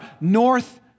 north